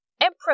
Emperor